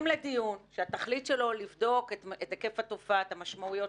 אמרנו שזיהינו שמתחילה להתרחש פה משהו במדינה,